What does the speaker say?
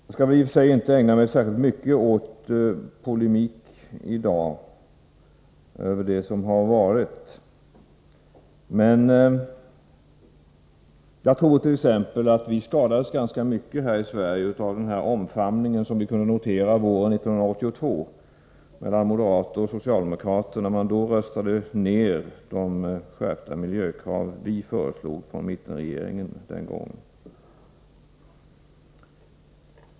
Jag skall i och för sig inte ägna mig särskilt mycket åt polemik i dag beträffande det som har varit, men jag tror t.ex. att vi skadades ganska mycket här i Sverige av den omfamning som vi kunde notera våren 1982 mellan moderater och socialdemokrater, när man röstade ner de skärpta miljökrav som vi den gången föreslog från mittenregeringen.